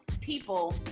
people